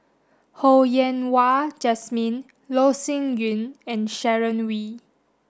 Ho Yen Wah Jesmine Loh Sin Yun and Sharon Wee